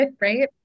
right